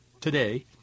today